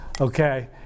okay